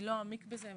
לא העמיק בזה.